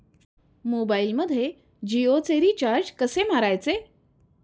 मोबाइलमध्ये जियोचे रिचार्ज कसे मारायचे?